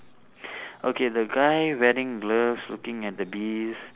okay the guy wearing gloves looking at the bees